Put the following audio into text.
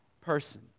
person